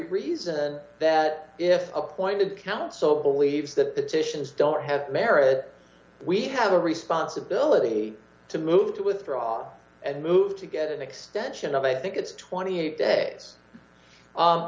reason that if appointed counsel believes that the decisions don't have merit we have a responsibility to move to withdraw and move to get an extension of i think it's twenty eight day